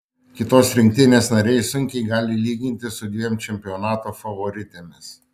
kitos rinktinės nariai sunkiai gali lygintis su dviem čempionato favoritėmis